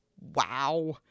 wow